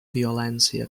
violència